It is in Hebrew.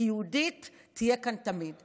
כי יהודית תהיה כאן תמיד,